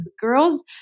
girls